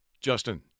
Justin